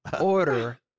order